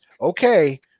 okay